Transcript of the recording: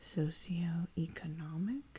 socioeconomic